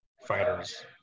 fighters